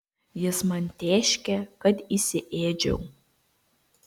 jis man tėškė kad įsiėdžiau